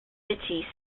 city